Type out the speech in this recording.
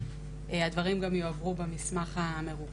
הדברים גם יועברו במסמך המרוכז.